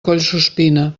collsuspina